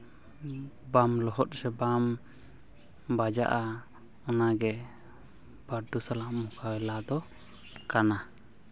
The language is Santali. ᱵᱟᱢ ᱞᱚᱦᱚᱫ ᱥᱮ ᱵᱟᱢ ᱵᱟᱡᱟᱜᱼᱟ ᱚᱱᱟᱜᱮ ᱵᱟᱹᱨᱰᱩ ᱥᱟᱞᱟᱜ ᱢᱳᱠᱟᱵᱤᱞᱟ ᱫᱚ ᱠᱟᱱᱟ